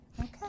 Okay